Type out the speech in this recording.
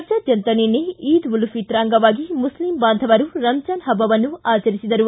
ರಾಜ್ಯಾದ್ಯಂತ ನಿನ್ನೆ ಈದ್ ಉಲ್ ಫಿತ್ರ್ ಅಂಗವಾಗಿ ಮುಸ್ಲಿ ಬಾಂಧವರು ರಮಜಾನ್ ಹಬ್ಬವನ್ನು ಆಚರಿಸಿದರು